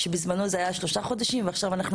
בזמנו זה היה שלושה חודשים ועכשיו אנחנו